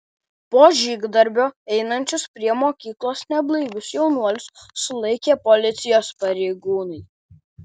po žygdarbio einančius prie mokyklos neblaivius jaunuolius sulaikė policijos pareigūnai